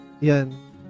yan